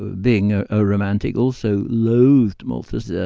ah being ah a romantic, also loathed malthus. yeah